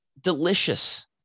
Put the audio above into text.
delicious